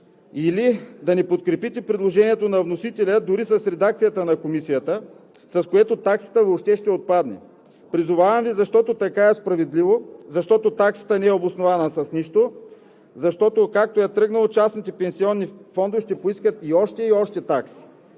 или да не подкрепите предложението на вносителя дори с редакцията на Комисията, с което таксата въобще ще отпадне. Призовавам Ви, защото така е справедливо, защото таксата не е обоснована с нищо, защото, както е тръгнало, частните пенсионни фондове ще поискат още и още такси.